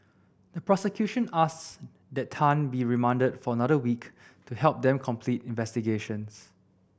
the prosecution asked that Tan be remanded for another week to help them complete investigations